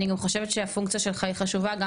אני גם חושבת שהפונקציה שלך היא חשובה גם